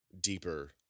deeper